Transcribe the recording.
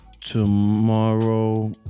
Tomorrow